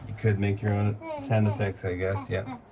could make your own sound effects, i guess. yeah.